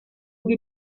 dei